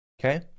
Okay